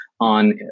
on